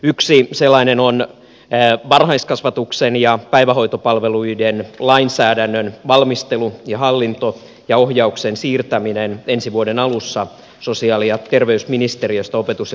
yksi sellainen on varhaiskasvatuksen ja päivähoitopalveluiden lainsäädännön valmistelu ja hallinto ja ohjauksen siirtäminen ensi vuoden alussa sosiaali ja terveysministeriöstä opetus ja kulttuuriministeriöön